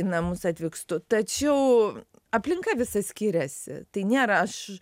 į namus atvykstu tačiau aplinka visa skiriasi tai nėra aš